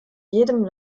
jedem